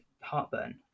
heartburn